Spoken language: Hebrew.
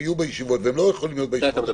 יהיו בישיבות והם לא יכולים להית בישיבות